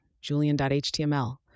Julian.html